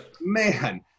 man